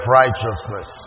righteousness